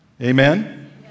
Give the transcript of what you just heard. Amen